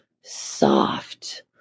soft